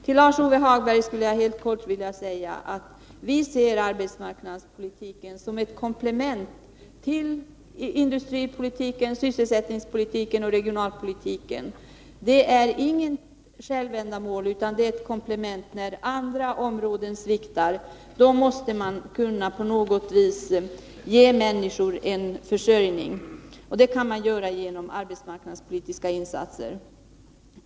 Till Lars-Ove Hagberg vill jag säga, att vi ser arbetsmarknadspolitiken som ett komplement till industripolitiken, sysselsättningspolitiken och regionalpolitiken. Den är inget självändamål, utan ett komplement. När andra områden sviktar måste man på något vis kunna ge människor en försörjning. Det kan man göra genom arbetsmarknadspolitiska insatser.